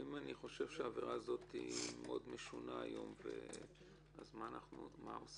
ואם אני חושב שהעבירה הזאת מאוד משונה היום אז מה עושים?